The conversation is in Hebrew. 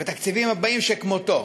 הוא והתקציבים הבאים כמותו,